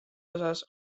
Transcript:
osas